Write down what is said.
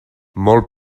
molt